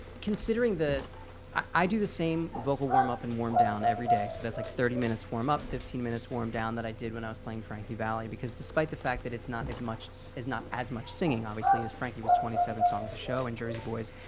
considering the i do the same vocal warm up and warm down every day. so, that's like thirty minutes warm up fifteen minutes warm down that i did when i was playing frankie valli because despite the fact that it's not as much is not as much singing obviously as frankie was twenty-seven songs a show in jersey boys,